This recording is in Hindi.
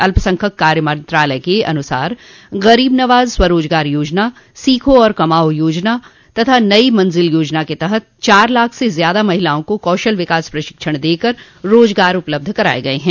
अल्प संख्यक कार्य मंत्रालय के अनुसार गरीब नवाज स्वरोजगार योजना सीखो और कमाओ योजना तथा नई मंजिल योजना के तहत चार लाख से ज्यादा महिलाओं को कौशल विकास प्रशिक्षण देकर रोजगार उपलब्ध कराये गये हैं